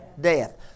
death